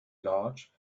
large